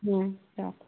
হুম রাখো